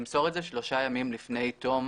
ימסור את זה שלושה ימים לפני תום